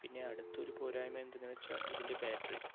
പിന്നെ അടുത്തൊരു പോരായ്മ എന്തെന്നു വെച്ചാൽ ഇതിൻ്റെ ബാറ്റ്റി